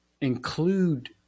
include